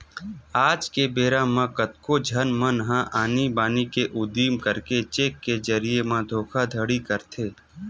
आज के बेरा म कतको झन मन ह आनी बानी के उदिम करके चेक के जरिए म धोखाघड़ी करथे